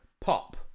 pop